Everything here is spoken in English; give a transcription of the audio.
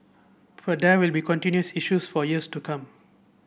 but there will be contentious issues for years to come